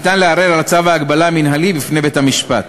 ניתן לערער על צו ההגבלה המינהלי בפני בית-המשפט.